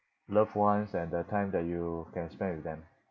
loved ones and the time that you can spend with them